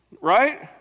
Right